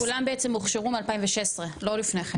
כולם בעצם הוכשרו מ-2016, לא לפני כן.